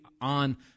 on